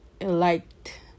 liked